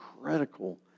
critical